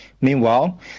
Meanwhile